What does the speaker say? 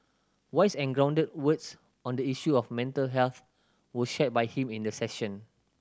wise and grounded words on the issue of mental health were shared by him in the session